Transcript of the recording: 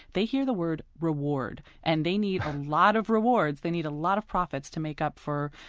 they hear the word reward and they need a lot of rewards, they need a lot of profits to make up for,